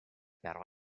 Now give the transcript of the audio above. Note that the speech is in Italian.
però